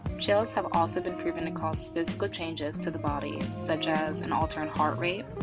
chills have also been proven to cause physical changes to the body such as, an altered heart rate,